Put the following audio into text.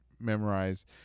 memorize